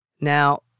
Now